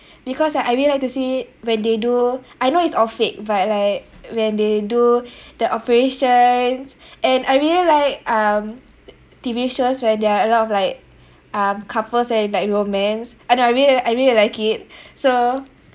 because like I really like to see when they do I know it's all fake but like when they do the operations and I really like um T_V shows where there are a lot of like um couples and like romance and I really I really like it so